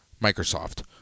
Microsoft